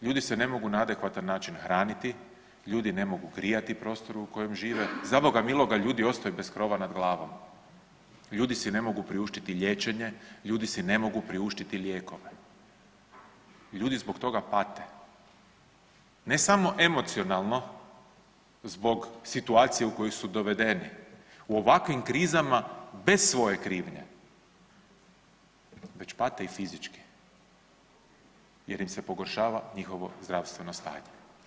Ljudi se ne mogu na adekvatan način hraniti, ljudi ne mogu grijati prostore u kojima žive, za boga miloga ljudi ostaju bez krova nad glavom, ljudi si ne mogu priuštiti liječenje, ljudi si ne mogu priuštiti liječenje, ljudi si ne mogu priuštiti lijekove, ljudi zbog toga pate, ne samo emocionalno zbog situacije u koju su dovedeni u ovakvim krizama bez svoje krivnje, već pate i fizički jer im se pogoršava njihovo zdravstveno stanje.